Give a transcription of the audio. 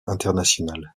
internationale